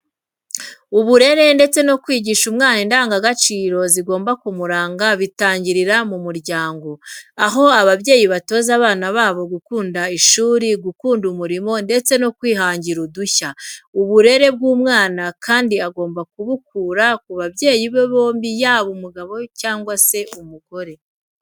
Uburere ndetse no kwigisha umwana indangagaciro zigomba kumuranga bitangirira mu muryango. Aho ababyeyi batoza abana babo gukunda ishuri, gukunda umurimo ndetse no kwihangira udushya. Uburere bw'umwana kandi agomba kubukura ku babyeyi be bombi yaba umugabo cyangwa se umugore.